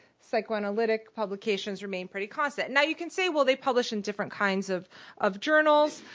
psychoanalytic publications remain pretty constant. now you can say, well, they publish in different kinds of of journals.